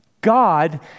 God